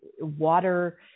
water